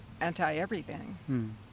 anti-everything